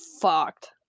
fucked